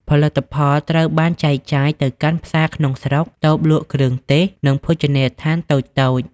ផលិតផលត្រូវបានចែកចាយទៅកាន់ ផ្សារក្នុងស្រុក តូបលក់គ្រឿងទេស និងភោជនីយដ្ឋានតូចៗ។